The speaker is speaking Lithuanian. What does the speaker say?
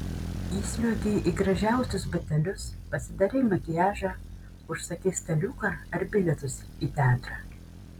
įsliuogei į gražiausius batelius pasidarei makiažą užsakei staliuką ar bilietus į teatrą